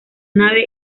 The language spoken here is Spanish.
nave